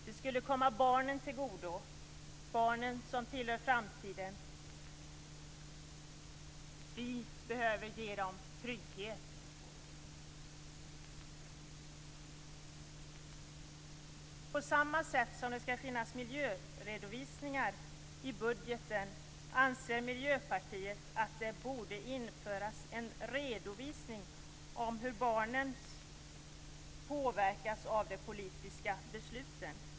Det skulle komma barnen - som tillhör framtiden - till godo. Vi behöver ge dem trygghet. På samma sätt som det skall finnas miljöredovisningar i budgeten, anser Miljöpartiet att det borde införas en redovisning av hur barnen påverkas av de politiska besluten.